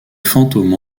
fantôme